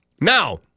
Now